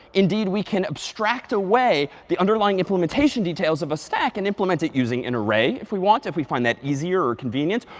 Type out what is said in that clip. indeed, we can abstract away the underlying implementation details of a stack, and implement it using an array if we want, if we find that easier or convenient.